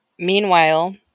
Meanwhile